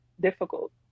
difficult